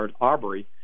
Aubrey